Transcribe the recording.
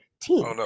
team